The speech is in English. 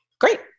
great